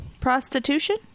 prostitution